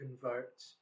convert